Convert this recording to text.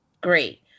Great